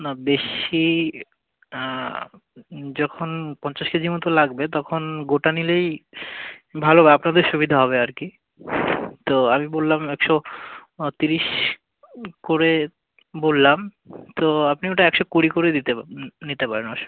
না বেশি যখন পঞ্চাশ কেজি মতোন লাগবে তখন গোটা নিলেই ভালো হবে আপনাদের সুবিধা হবে আর কি তো আমি বললাম একশো তিরিশ করে বললাম তো আপনি ওটা একশো কুড়ি করে দিতে নিতে পারেন অসু